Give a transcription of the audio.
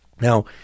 Now